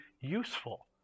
useful